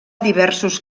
diversos